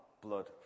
blood